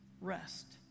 rest